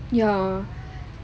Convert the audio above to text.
ya